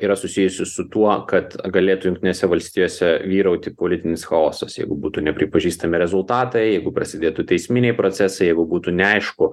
yra susijusi su tuo kad galėtų jungtinėse valstijose vyrauti politinis chaosas jeigu būtų nepripažįstami rezultatai jeigu prasidėtų teisminiai procesai jeigu būtų neaišku